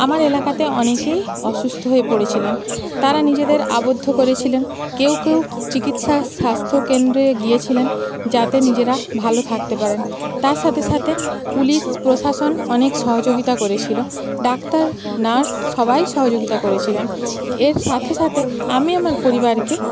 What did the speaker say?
আমার এলাকাতে অনেকেই অসুস্থ হয়ে পড়েছিলেন তারা নিজেদের আবদ্ধ করেছিলেন কেউ কেউ চিকিৎসা স্বাস্থ্যকেন্দ্রে গিয়েছিলেন যাতে নিজেরা ভালো থাকতে পারেন তার সাথে সাথে পুলিশ প্রশাসন অনেক সহযোগিতা করেছিলো ডাক্তার নার্স সবাই সহযোগিতা করেছিলেন এর সাথে সাথে আমি আমার পরিবারকে